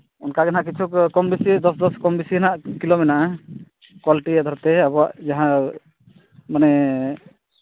ᱚᱱᱠᱟ ᱜᱮ ᱱᱟᱜ ᱠᱤᱪᱷᱩ ᱫᱚᱥ ᱫᱚᱥ ᱠᱚᱢ ᱵᱤᱥᱤ ᱦᱟᱸᱜ ᱠᱤᱞᱳ ᱢᱮᱱᱟᱜᱼᱟ ᱠᱚᱣᱟᱞᱤᱴᱤ ᱟᱫᱷᱟᱨ ᱛᱮ ᱟᱵᱚᱣᱟᱜ ᱡᱟᱦᱟᱸ ᱢᱟᱱᱮ